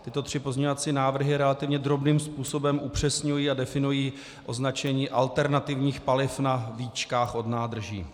Tyto tři pozměňovací návrhy relativně drobným způsobem upřesňují a definují označení alternativních paliv na víčkách od nádrží.